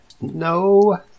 no